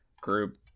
group